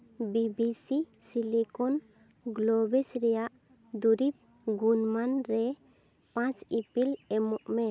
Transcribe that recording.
BBC silicon ᱜᱞᱚᱵᱷᱮᱥ ᱨᱮᱭᱟᱜ ᱫᱩᱨᱤᱵᱽ ᱜᱩᱱᱢᱟᱱ ᱨᱮ ᱯᱟᱸᱪ ᱤᱯᱤᱞ ᱮᱢᱚᱜ ᱢᱮ